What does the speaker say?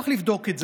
צריך לבדוק את זה.